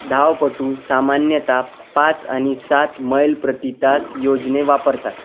धावपटू सामान्यत पाच आणि सात मैल प्रति तास योजने वापरतात